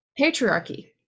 patriarchy